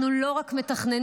אנחנו לא רק מתכננים,